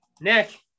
Nick